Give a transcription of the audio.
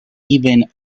even